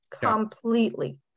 completely